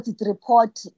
report